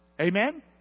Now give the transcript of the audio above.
Amen